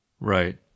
Right